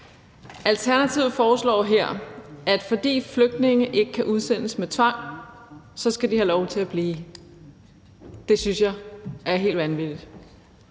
Alternativet foreslår her, at fordi flygtninge ikke kan udsendes med tvang, skal de have lov til at blive. Det synes jeg er helt vanvittigt.